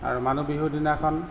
আৰু মানুহ বিহুৰ দিনাখন